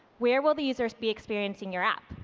where will the users be experiencing your app?